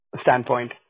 standpoint